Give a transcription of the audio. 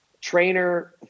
trainer